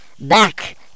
back